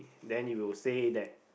then you will say that